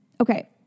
okay